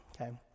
okay